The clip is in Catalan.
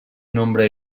nombre